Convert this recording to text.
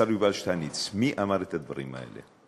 השר יובל שטייניץ, מי אמר את הדברים האלה?